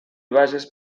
vages